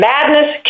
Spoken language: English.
Madness